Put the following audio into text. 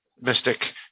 mystic